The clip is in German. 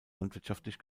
landwirtschaftlich